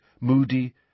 Moody